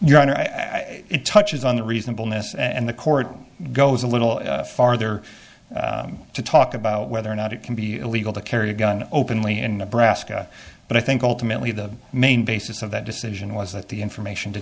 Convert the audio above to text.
your honor it touches on the reasonableness and the court goes a little farther to talk about whether or not it can be illegal to carry a gun openly in nebraska but i think ultimately the main basis of that decision was that the information